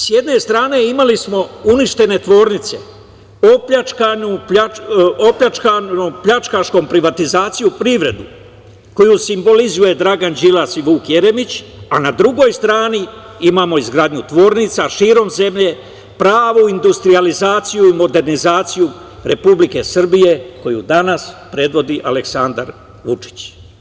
S jedne strane imali smo uništene tvornice, opljačkanu pljačkaškom privatizacijom privrede koju simbolizuju Dragan Đilas i Vuk Jeremić, a na drugoj strani imao izgradnju tvornica širom zemlje, pravu industrijalizaciju i modernizaciju Republike Srbije koju danas predvodi Aleksandar Vučić.